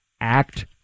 act